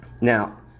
Now